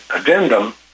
addendum